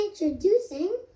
Introducing